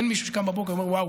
אין מישהו שקם בבוקר ואומר: ואו,